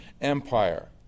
Empire